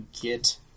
get